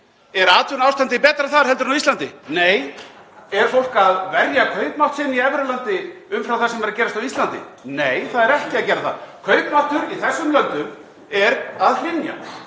Er atvinnuástandið betra þar en á Íslandi? Nei. Er fólk að verja kaupmátt sinn í evrulandi umfram það sem er að gerast á Íslandi. Nei, það er ekki að gera það. Kaupmáttur í þessum löndum er að hrynja.